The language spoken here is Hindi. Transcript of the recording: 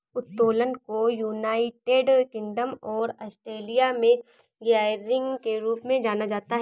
उत्तोलन को यूनाइटेड किंगडम और ऑस्ट्रेलिया में गियरिंग के रूप में जाना जाता है